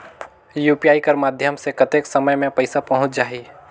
UPI कर माध्यम से कतेक समय मे पइसा पहुंच जाहि?